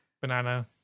banana